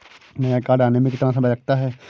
नया कार्ड आने में कितना समय लगता है?